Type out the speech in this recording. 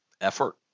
effort